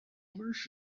immerse